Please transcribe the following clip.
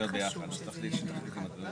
שלא מוכרעות תוך 18 חודשים בוועדה המחוזית.